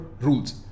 rules